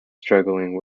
struggling